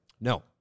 No